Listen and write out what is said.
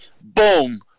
boom